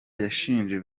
yashinje